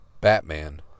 batman